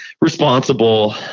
responsible